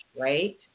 right